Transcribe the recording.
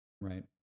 Right